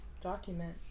document